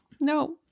no